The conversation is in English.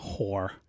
Whore